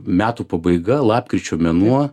metų pabaiga lapkričio mėnuo